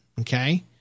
Okay